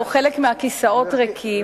או חלק מהכיסאות ריקים,